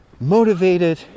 motivated